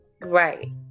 Right